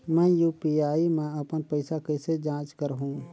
मैं यू.पी.आई मा अपन पइसा कइसे जांच करहु?